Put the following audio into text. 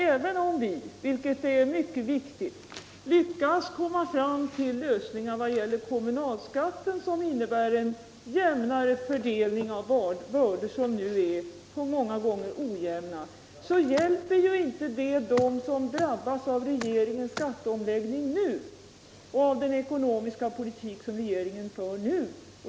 Även om vi — vilket är mycket viktigt — lyckas komma fram till lösningar när det gäller kommunalskatten, som innebär en jämnare fördelning av bördor som nu på många håll är ojämna, så hjälper det ju inte dem som drabbas av regeringens skatteomläggning nu och av den ekonomiska politik som regeringen för nu.